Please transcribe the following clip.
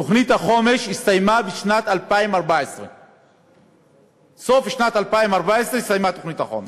תוכנית החומש הסתיימה בשנת 2014. בסוף שנת 2014 הסתיימה תוכנית החומש.